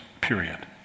period